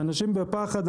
אנשים בפחד,